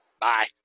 Bye